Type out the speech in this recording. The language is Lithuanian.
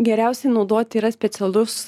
geriausiai naudoti yra specialus